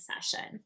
session